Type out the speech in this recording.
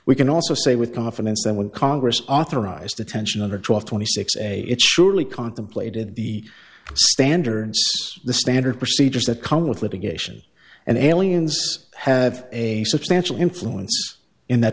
we can also say with confidence that when congress authorized detention under twelve twenty six and it's surely contemplated the standards the standard procedures that come with litigation and aliens have a substantial influence in that